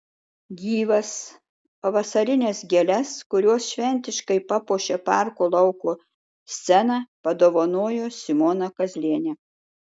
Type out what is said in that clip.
gyvas pavasarines gėles kurios šventiškai papuošė parko lauko sceną padovanojo simona kazlienė